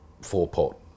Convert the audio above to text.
four-pot